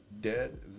dead